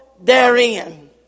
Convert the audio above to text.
therein